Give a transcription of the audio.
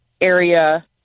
area